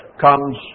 comes